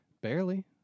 Barely